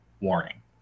warning